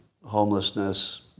homelessness